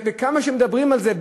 וכמה שמדברים על זה,